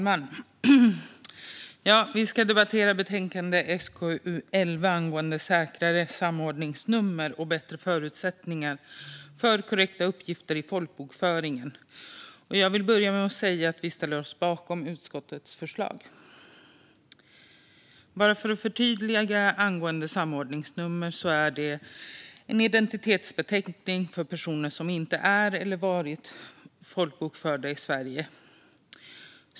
Fru talman! Vi debatterar betänkande SkU11 om säkrare samordningsnummer och bättre förutsättningar för korrekta uppgifter i folkbokföringen. Jag vill börja med att säga att vi ställer oss bakom utskottets förslag. Jag vill bara förtydliga vad samordningsnummer är. Det är en identitetsbeteckning för personer som inte är eller har varit folkbokförda i Sverige.